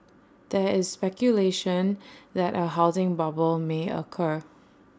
there is speculation that A housing bubble may occur